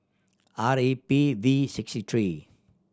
R E P V six three